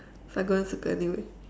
so I go and circle anyway